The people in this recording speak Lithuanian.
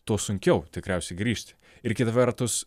tuo sunkiau tikriausiai grįžti ir kita vertus